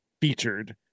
featured